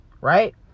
right